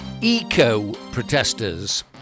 eco-protesters